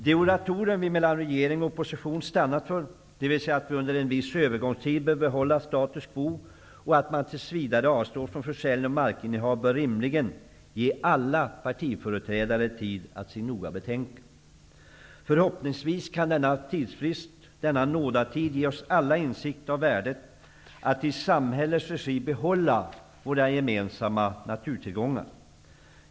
Det moratorium vi mellan regering och opposition stannat för, dvs. att vi under en viss övergångstid bör behålla status quo och att man tills vidare avstår från försäljning av markinnehav, bör rimligen ge alla partiföreträdare tid att sig noga betänka. Förhoppningsvis kan denna tidsfrist, denna nådatid, ge oss alla insikt om värdet av att i samhällets regi behålla våra gemensamma naturtillgångar.